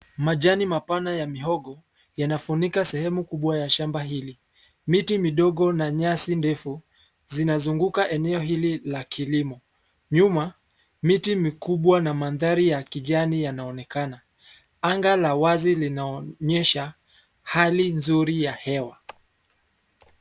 Majani mapana ya mihogo yanafunika sehemu kubwa ya shamba hili. Miti midogo na nyasi ndefu, zinazunguka eneo hili la kilimo. Nyuma miti mikumbwa na mandhari ya kijani yanaonekana. Anga la wazi linaonyesha hali ya nzuri ya hewa.